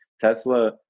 Tesla